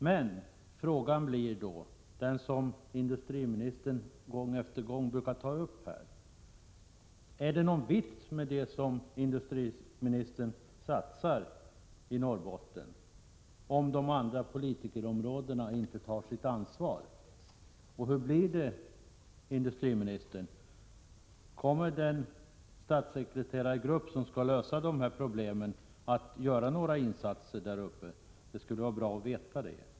Men frågan är då — industriministern har gång efter gång tagit upp den i de här sammanhangen: Är det någon vits med det som på industriministerns område satsas i Norrbotten, om man på de andra departementsområdena inte tar sitt ansvar? Och hur blir det, industriministern: Kommer den statssekreterargrupp som skall lösa de här problemen att göra några insatser där uppe? Det skulle vara bra att få veta det.